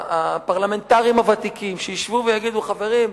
הפרלמנטרים הוותיקים, שישבו ויגידו: חברים,